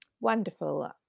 Wonderful